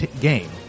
game